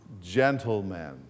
Gentlemen